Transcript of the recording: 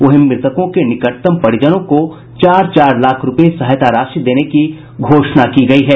वहीं मृतकों के निकटतम परिजनों को चार चार लाख रुपये सहायता राशि देने की घोषणा की गयी है